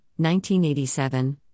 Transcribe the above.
1987